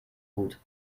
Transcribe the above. gut